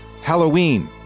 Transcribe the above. Halloween